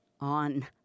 on